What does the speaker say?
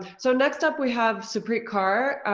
so next up we have supreet kaur,